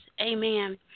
Amen